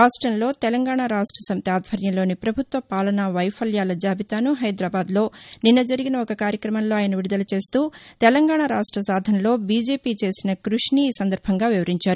రాష్టంలో తెలంగాణ రాష్ట సమితి ఆధ్వర్యంలోని ప్రభుత్వ పాలనా వైఫల్యాల జాబితాను హైదరాబాద్లో నిన్న జరిగిన ఒక కార్యక్రమంలో ఆయన విడుదల చేస్తూ తెలంగాణ రాష్ట సాధనలో బీజేపీ చేసిన కృషిని ఈ సందర్భంగా వివరించారు